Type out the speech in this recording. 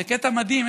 זה קטע מדהים,